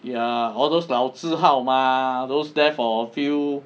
ya all those 老字号 mah those there for a few